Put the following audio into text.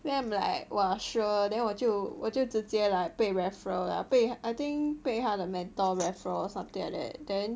then I'm like !wah! sure then 我就我就直接来被 referral lah 被 I think 被他的 mentor referral or something like that then